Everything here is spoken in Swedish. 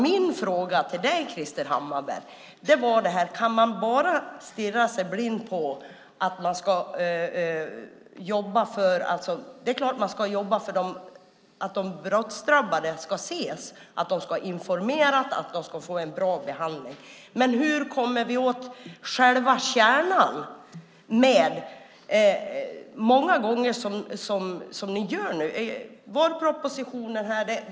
Min fråga till dig, Krister Hammarbergh, var: Kan man bara stirra sig blind på att jobba för att de brottsdrabbade ska ses? Det är klart att man ska jobba för det, de ska informeras och de ska få en bra behandling. Men hur kommer vi åt själva kärnan?